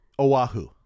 Oahu